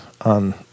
on